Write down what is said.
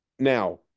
Now